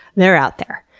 they're out there.